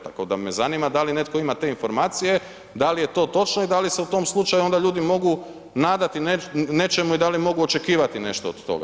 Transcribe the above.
Tako da me zanima da li netko ima te informacije, da li je to točno i da li se u tom slučaju onda ljudi mogu nadati nečemu i da li mogu očekivati nešto od toga?